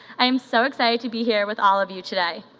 i am so excited to be here with all of you today.